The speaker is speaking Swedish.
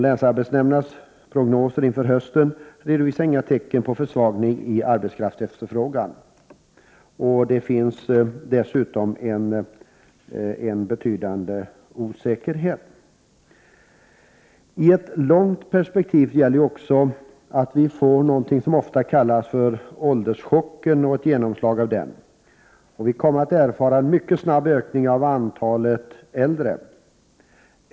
Länsarbetsnämndernas prognoser inför hösten redovisar inga tecken på försvagning i efterfrågan på arbetskraft. Det finns dessutom en betydande osäkerhet. I ett långt perspektiv gäller också att vi får någonting som ofta kallas för ”ålderschocken” och ett genomslag av den. Vi kommer att erfara en mycket snabb ökning av andelen äldre.